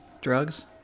Drugs